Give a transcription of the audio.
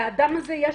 לאדם הזה יש